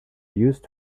used